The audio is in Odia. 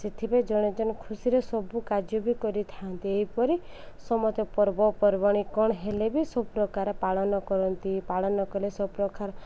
ସେଥିପାଇଁ ଜଣେ ଜଣେ ଖୁସିରେ ସବୁ କାର୍ଯ୍ୟ ବି କରିଥାନ୍ତି ଏହିପରି ସମସ୍ତେ ପର୍ବପର୍ବାଣି କ'ଣ ହେଲେ ବି ସବୁପ୍ରକାର ପାଳନ କରନ୍ତି ପାଳନ କଲେ ସବୁପ୍ରକାର